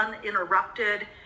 uninterrupted